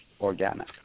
organic